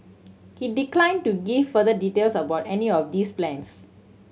he declined to give further details about any of these plans